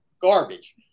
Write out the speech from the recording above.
garbage